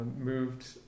moved